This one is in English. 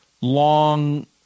long